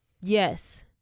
Yes